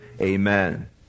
Amen